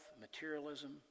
materialism